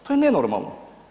To je nenormalno.